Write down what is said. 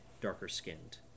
darker-skinned